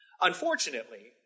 Unfortunately